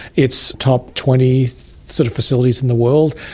it's top twenty sort of facilities in the world,